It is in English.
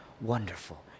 wonderful